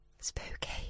Spooky